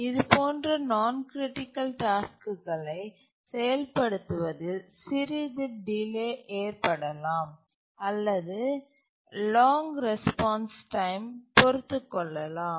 இது போன்ற நான் கிரிட்டிக்கல் டாஸ்க்குகளை செயல்படுத்துவதில் சிறிது டிலே ஏற்படலாம் அல்லது லாங் ரெஸ்பான்ஸ் டைம்ங்களை பொறுத்துக் கொள்ளலாம்